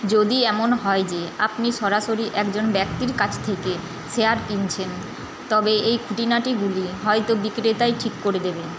যদি এমন হয় যে আপনি সরাসরি একজন ব্যক্তির কাছ থেকে শেয়ার কিনছেন তবে এই খুঁটিনাটিগুলি হয়ত বিক্রেতাই ঠিক করে দেবে